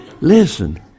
Listen